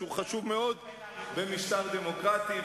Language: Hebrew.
שהוא חשוב מאוד במשטר דמוקרטי,